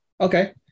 Okay